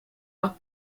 are